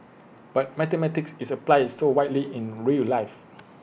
but mathematics is applied so widely in real life